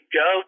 go